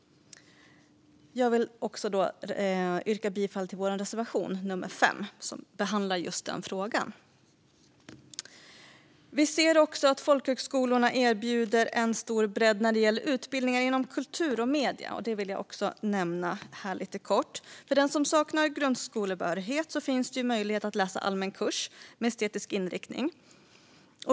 Jag vill yrka bifall till vår reservation 5 som behandlar den frågan. Vi ser också att folkhögskolorna erbjuder en stor bredd när det gäller utbildningar inom kultur och medier. Det vill jag också nämna lite kort. För den som saknar grundskolebehörighet finns det möjlighet att läsa allmän kurs med estetisk inriktning.